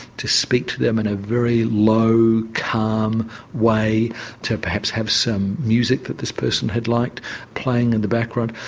to speak to them in a very low, calm way to perhaps have some music that this person had liked playing in the background.